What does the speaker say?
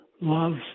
loves